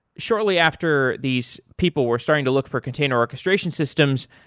shortly after these people were starting to look for container orchestration systems,